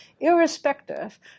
irrespective